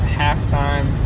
halftime